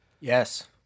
Yes